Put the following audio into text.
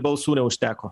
balsų neužteko